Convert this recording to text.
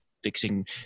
fixing